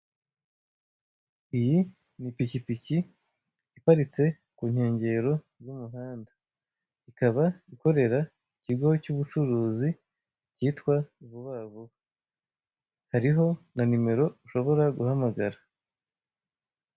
Iyi ni ipikipiki iparitse ku nkengero z'umuhanda, ikaba ikorera ikigo cy'ubucuruzi kitwa ''vuba vuba'', hariho na nimero ushobora guhamagara.